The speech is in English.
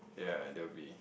ya there will be